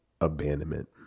abandonment